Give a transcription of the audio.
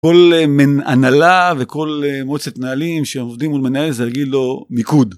כל הנהלה וכל מועצת מנהלים שעובדים מול מנהל זה להגיד לו: מיקוד!